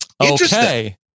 Okay